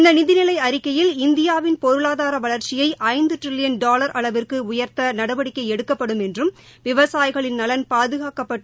இந்த நிதிநிலை அறிக்கையில் இந்தியாவின் பொருளாதார வளர்ச்சியை ஐந்து ட்ரில்லியன் டாலர் அளவிற்கு உயர்த்த நடவடிக்கை எடுக்கப்படும் என்றும் விவசாயிகளின் நலன் பாதுகாக்கப்பட்டு